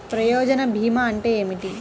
ప్రయోజన భీమా అంటే ఏమిటి?